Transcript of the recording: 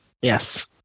Yes